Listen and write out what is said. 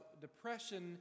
depression